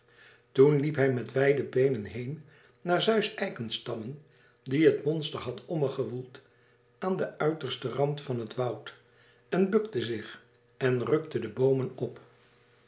toen liep hij met wijde beenen heen naar zeus eikenstammen die het monster had omme gewoeld aan den uitersten rand van het woud en bukte zich en rukte de boomen op